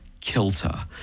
kilter